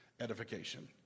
edification